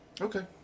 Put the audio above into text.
Okay